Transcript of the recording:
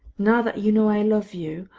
now that you know i love you,